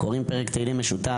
קוראים פרק תהילים משותף.